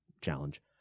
challenge